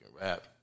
rap